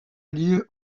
lieu